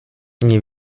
nie